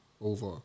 over